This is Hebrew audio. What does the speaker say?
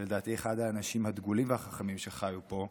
ולדעתי אחד האנשים הדגולים והחכמים שחיו פה,